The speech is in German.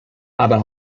aber